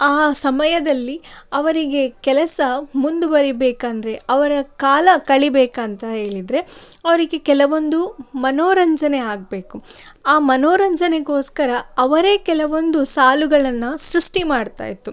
ಆ ಸಮಯದಲ್ಲಿ ಅವರಿಗೆ ಕೆಲಸ ಮುಂದುವರಿಬೇಕಂದರೆ ಅವರ ಕಾಲ ಕಳಿಬೇಕಂತ ಹೇಳಿದರೆ ಅವರಿಗೆ ಕೆಲವೊಂದು ಮನೋರಂಜನೆ ಆಗಬೇಕು ಆ ಮನೋರಂಜನೆಗೋಸ್ಕರ ಅವರೇ ಕೆಲವೊಂದು ಸಾಲುಗಳನ್ನು ಸೃಷ್ಟಿ ಮಾಡ್ತಾ ಇತ್ತು